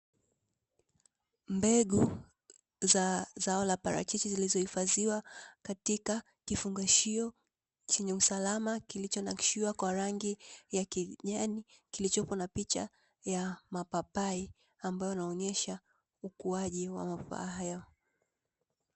Mbegu za zao la parachichi zilizohifadhiwa katika kifungashio chenye usalama, kilichonakishiwa kwa rangi ya kijani kilichopo na picha ya mapapai ambayo inaonyesha ukuaji wa mazao hayo.